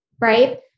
right